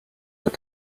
that